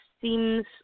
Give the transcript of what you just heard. seems